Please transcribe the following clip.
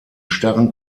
starren